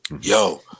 yo